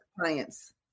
clients